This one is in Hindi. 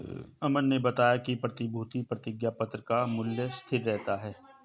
अमन ने बताया कि प्रतिभूति प्रतिज्ञापत्र का मूल्य स्थिर रहता है